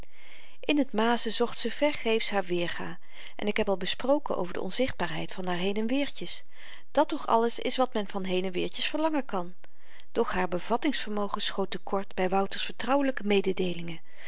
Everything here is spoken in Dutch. in t mazen zocht ze vergeefs haar weerga en ik heb al gesproken over de onzichtbaarheid van haar heen en weertjes dat toch alles is wat men van heen en weertjes verlangen kan doch haar bevattingsvermogen schoot te kort by wouter's vertrouwelyke mededeelingen